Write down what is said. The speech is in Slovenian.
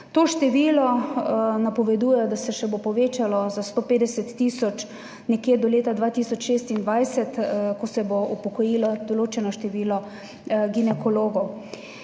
To število, napovedujejo, da se bo še povečalo za 150 tisoč približno do leta 2026, ko se bo upokojilo določeno število ginekologov.